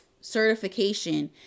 certification